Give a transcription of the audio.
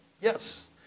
Yes